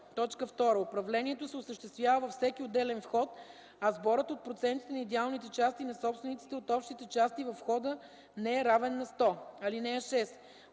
100; 2. управлението се осъществява във всеки отделен вход, а сборът от процентите на идеалните части на собствениците от общите части във входа не е равен на 100. (6)